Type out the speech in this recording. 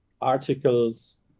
articles